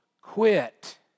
quit